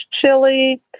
chili